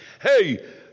hey